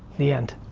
the end.